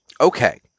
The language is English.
okay